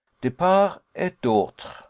de part et d'autre.